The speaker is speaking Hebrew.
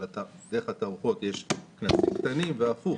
אבל דרך התערוכות יש כנסים קטנים והפוך.